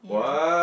you know